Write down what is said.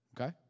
Okay